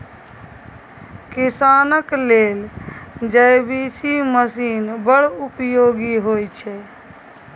किसानक लेल JCB machine बड़ उपयोगी होइ छै